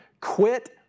Quit